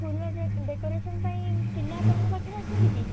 ଫୁଲରେ ଡ଼େକୋରେସନ୍ ପାଇଁ ପିଲା ଆପଣଙ୍କ ପାଖରେ ଅଛନ୍ତି କି